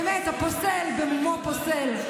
באמת, הפוסל במומו פוסל.